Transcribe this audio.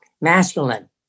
masculine